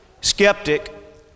skeptic